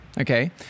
okay